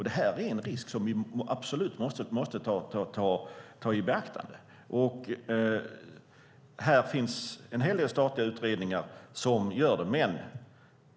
Det är en risk som vi absolut måste ta i beaktande. Det finns en hel del statliga utredningar som gör det.